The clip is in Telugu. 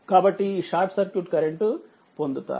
కాబట్టిఈ షార్ట్ సర్క్యూట్ కరెంట్ పొందుతారు